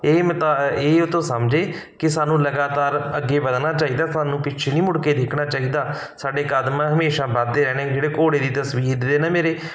ਇਹ ਤਾਂ ਇਹ ਤੋਂ ਸਮਝੇ ਕਿ ਸਾਨੂੰ ਲਗਾਤਾਰ ਅੱਗੇ ਵਧਣਾ ਚਾਹੀਦਾ ਸਾਨੂੰ ਪਿੱਛੇ ਨਹੀਂ ਮੁੜ ਕੇ ਦੇਖਣਾ ਚਾਹੀਦਾ ਸਾਡੇ ਕਦਮ ਹਮੇਸ਼ਾ ਵੱਧਦੇ ਰਹਿਣਾ ਜਿਹੜੇ ਘੋੜੇ ਦੀ ਤਸਵੀਰ ਦੇ ਨਾ ਮੇਰੇ